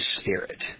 spirit